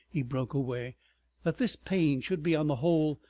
he broke away that this pain should be, on the whole,